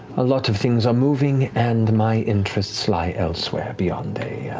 a lot of things are moving and my interests lie elsewhere beyond a